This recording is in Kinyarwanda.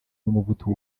n’umuvuduko